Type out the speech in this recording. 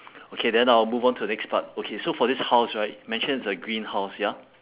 okay then I will move on to the next part okay so for this house right mention is a green house ya